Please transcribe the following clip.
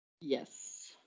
Yes